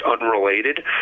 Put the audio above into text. unrelated